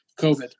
COVID